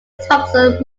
thomson